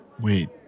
Wait